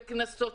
בקנסות,